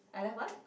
I left [what]